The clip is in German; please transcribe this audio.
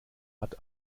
hat